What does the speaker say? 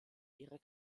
ihrer